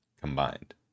combined